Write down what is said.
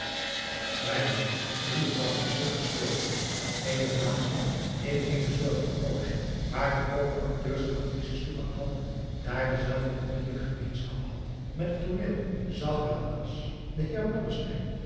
die omdat zijn stuk gespeeld werd eene plaats had in eene soort van loge waar toe ook de acteurs en actrices toegang hadden daar dezelve onmiddellijke gemeenschap had met het tooneel zag wel ras den heer